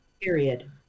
period